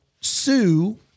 sue